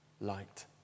light